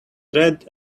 red